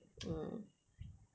err